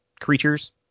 creatures